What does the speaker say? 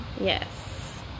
Yes